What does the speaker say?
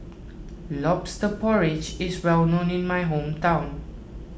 Lobster Porridge is well known in my hometown